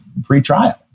pretrial